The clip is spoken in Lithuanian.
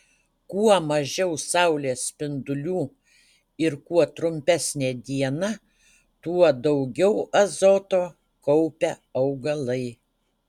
kuo mažiau saulės spindulių ir kuo trumpesnė diena tuo daugiau azoto kaupia augalai